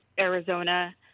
Arizona